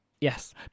Yes